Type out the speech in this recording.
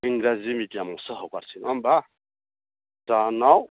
इंराजि मेडियामआवसो हगारसै नङा होम्बा दानाव